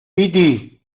piti